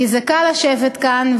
קל לשבת כאן,